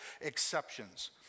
exceptions